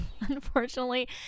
unfortunately